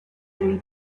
three